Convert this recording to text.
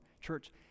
Church